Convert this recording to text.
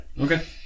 Okay